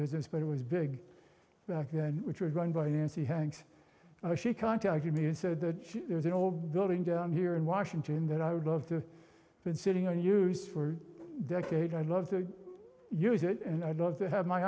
business but it was big back then which was run by n c hanks and she contacted me and said that there's an old building down here in washington that i would love the been sitting on use for decades i love the use it and i'd love to have my